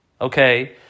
okay